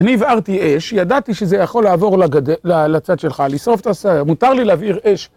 אני הבערתי אש, ידעתי שזה יכול לעבור לצד שלך. לשרוף את ה... מותר לי להבעיר אש